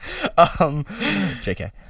JK